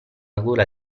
gola